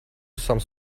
some